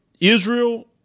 Israel